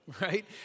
right